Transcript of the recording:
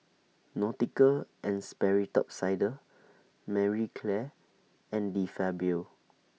Nautica and Sperry Top Sider Marie Claire and De Fabio